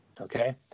okay